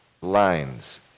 lines